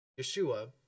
Yeshua